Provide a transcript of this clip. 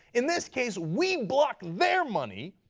in this case, we blocked their money,